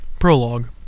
Prologue